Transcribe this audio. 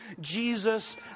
Jesus